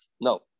No